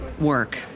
work